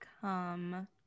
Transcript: come